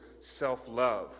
self-love